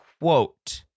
quote